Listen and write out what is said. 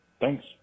Thanks